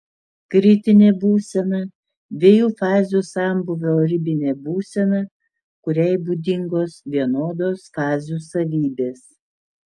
kritinė būsena dviejų fazių sambūvio ribinė būsena kuriai būdingos vienodos fazių savybės